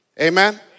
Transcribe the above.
amen